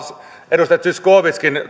edustaja zyskowicz